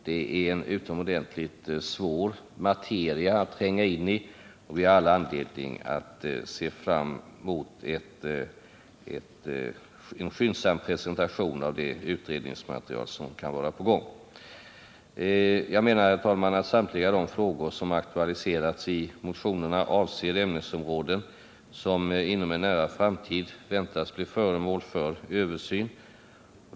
Det är en utomordentligt svår materia att tränga in i, och vi har all anledning att se fram emot en skyndsam presentation av det utredningsmaterial som kan vara på gång. Jag menar att samtliga de frågor som aktualiserats i motionerna avser ämnesområden som inom en nära framtid väntas bli föremål för översyn.